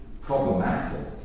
problematic